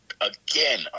again